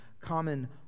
common